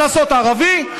עכשיו לגבי החוק עצמו.